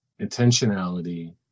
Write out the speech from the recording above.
intentionality